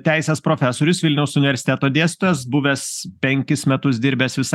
teisės profesorius vilniaus universiteto dėstytojas buvęs penkis metus dirbęs visai